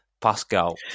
Pascal